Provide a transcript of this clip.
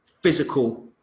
physical